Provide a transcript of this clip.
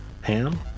Ham